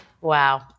Wow